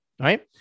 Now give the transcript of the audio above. right